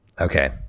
Okay